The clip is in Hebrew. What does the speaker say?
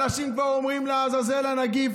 אנשים כבר אומרים: לעזאזל הנגיף,